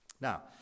Now